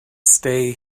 stay